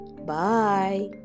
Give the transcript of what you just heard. bye